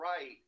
right